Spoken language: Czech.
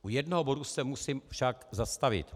U jednoho bodu se musím však zastavit.